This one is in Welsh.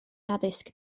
addysg